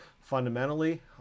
Fundamentally